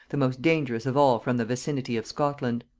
the most dangerous of all from the vicinity of scotland.